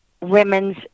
women's